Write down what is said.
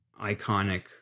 iconic